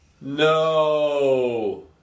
No